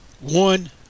one